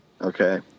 okay